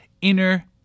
inner